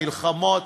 מלחמות,